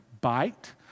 bite